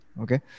Okay